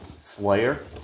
Slayer